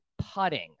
putting